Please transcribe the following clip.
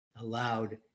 allowed